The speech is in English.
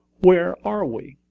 where are we?